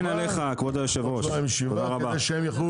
אין עליך כבוד היושב ראש, תודה רבה.